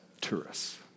tourists